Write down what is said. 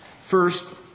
First